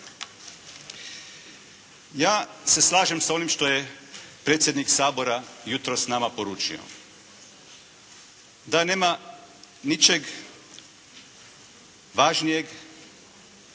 Ja se slažem sa onim što je predsjednik Sabora jutros nama poručio, da nema ničeg važnijeg